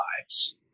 lives